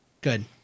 Good